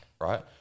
right